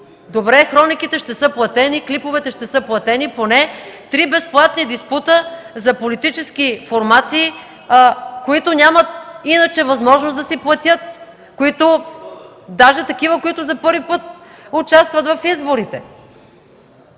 Добре, хрониките ще са платени, клиповете ще са платени, поне три безплатни диспута за политически формации, които нямат иначе възможност да си платят, дори такива, които за първи път участват в изборите.